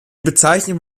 bezeichnung